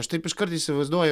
aš taip iškart įsivaizduoju